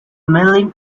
mailing